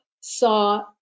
saw